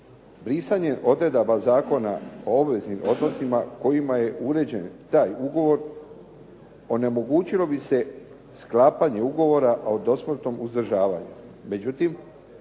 brisanje odredaba Zakona o obveznim odnosima kojima je uređen taj ugovor onemogućilo bi se sklapanje ugovora a o dosmrtnom uzdržavanju,